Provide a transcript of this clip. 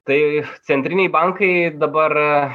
tai centriniai bankai dabar